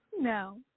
no